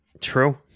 True